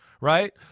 right